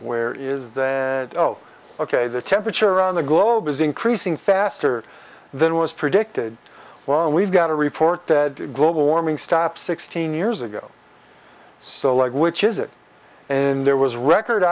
where is the oh ok the temperature around the globe is increasing faster than was predicted well we've got a report that global warming stop sixteen years ago so like which is it and there was record